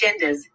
agendas